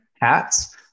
hats